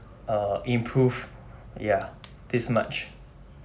uh improve ya this much